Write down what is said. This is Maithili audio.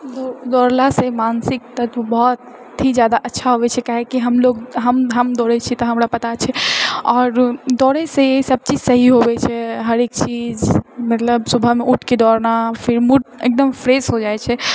दऽ दौड़ला से मानसिक तत्व बहुत ही जादा अच्छा होबे छै काहेकि हमलोग हम हम दौड़ै छिऐ तऽ हमरा पता छै आओर दौड़ैसँ सभ चीज सही होबए छै हरेक चीज मतलब सुबहमे उठके दौड़ना फिर मूड एकदम फ्रेश हो जाइत छै